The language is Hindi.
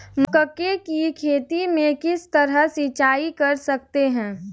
मक्के की खेती में किस तरह सिंचाई कर सकते हैं?